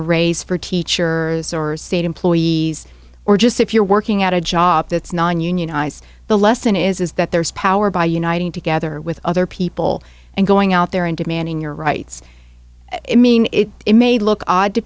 a raise for teachers or state employees or just if you're working at a job that's non unionized the lesson is is that there is power by uniting together with other people and going out there and demanding your rights i mean it may look odd to